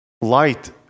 light